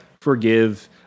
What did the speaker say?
forgive